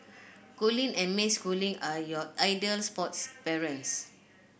Colin and May Schooling are your ideal sports parents